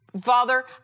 Father